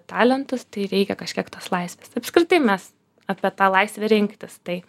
talentus tai reikia kažkiek tos laisvės apskritai mes apie tą laisvę rinktis tai